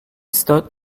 stood